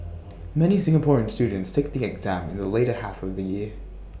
many Singaporean students take the exam in the later half of the year